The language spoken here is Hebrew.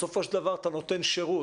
בסופו של דבר אתה נותן שירות,